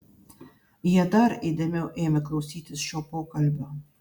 jie dar įdėmiau ėmė klausytis šio pokalbio